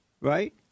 right